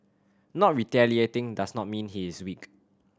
not retaliating does not mean he is weak